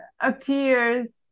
Appears